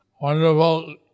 wonderful